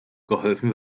geholfen